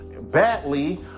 badly